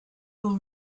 law